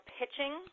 pitching